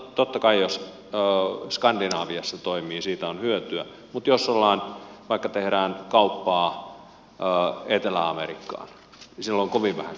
totta kai jos skandinaviassa toimii siitä on hyötyä mutta jos vaikka tehdään kauppaa etelä amerikkaan niin sillä on kovin vähän käyttöä